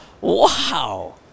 Wow